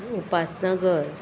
Upasnagar